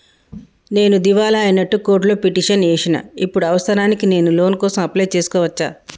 నేను దివాలా అయినట్లు కోర్టులో పిటిషన్ ఏశిన ఇప్పుడు అవసరానికి నేను లోన్ కోసం అప్లయ్ చేస్కోవచ్చా?